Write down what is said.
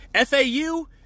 FAU